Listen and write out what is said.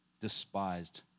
despised